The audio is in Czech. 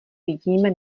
vidíme